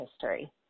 history